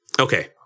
Okay